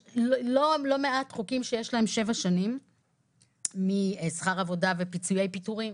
יש לא מעט חוקים שיש להם שבע שנים משכר עבודה ופיצויי פיטורין.